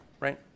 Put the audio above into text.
right